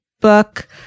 book